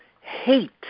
hate